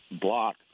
block